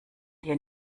dir